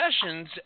Sessions